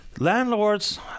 Landlords